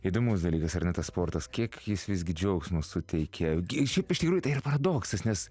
įdomus dalykas ar ne tas sportas kiek jis visgi džiaugsmo suteikia šiaip iš tikrųjų tai yra paradoksas nes